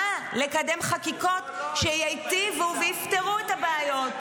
לקדם חקיקות שייטיבו ויפתרו את הבעיות.